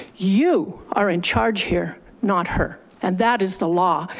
you are in charge here, not her, and that is the law.